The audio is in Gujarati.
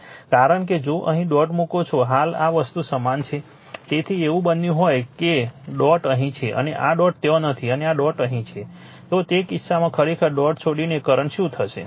કારણ કે જો અહીં ડોટ મુકો જો હાલમાં આ વસ્તુ સમાન છે જો એવું બન્યું હોય કે ડોટ અહીં છે અને આ ડોટ ત્યાં નથી અને આ ડોટ અહીં છે તો તે કિસ્સામાં ખરેખર ડોટ છોડીને કરંટ શું થશે